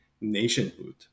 nationhood